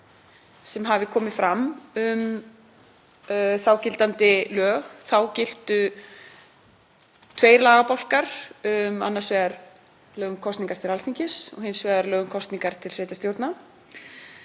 sem hafi komið fram um þágildandi lög. Þá giltu tveir lagabálkar, annars vegar lög um kosningar til Alþingis og hins vegar lög um kosningar til sveitarstjórna.